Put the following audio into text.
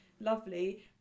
lovely